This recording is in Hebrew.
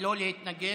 ולא להתנגד.